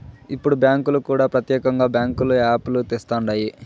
ఇప్పుడు బ్యాంకులు కూడా ప్రత్యేకంగా బ్యాంకుల యాప్ లు తెస్తండాయి